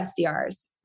SDRs